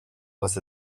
was